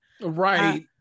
Right